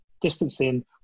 distancing